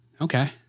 okay